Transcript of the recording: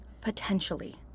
Potentially